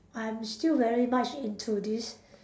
I'm still very much into this